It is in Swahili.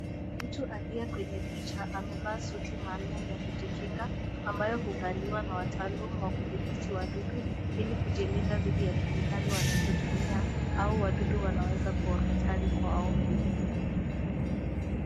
Mtu aliye kwenye picha amevaa suti maalum ya kujikinga ambayo huvaliwa na wataalum wa kudhibiti wadudu ili kujilinda dhidi ya kemikali wanazotumia au wadudu wanaoweza kuwa hatari kwao.